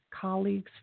colleagues